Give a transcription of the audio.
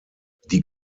die